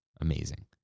amazing